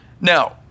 Now